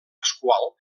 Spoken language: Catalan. pasqual